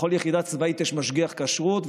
בכל יחידה צבאית יש משגיח כשרות,